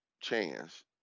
chance